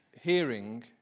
hearing